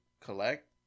collect